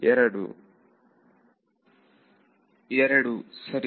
ವಿದ್ಯಾರ್ಥಿ 2 2 ಸರಿ